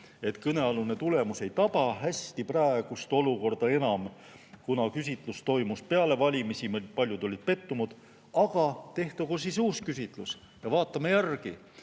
et kõnealune tulemus ei taba enam hästi praegust olukorda, kuna küsitlus toimus peale valimisi, paljud olid pettunud. Aga tehtagu siis uus küsitlus ning vaatame järele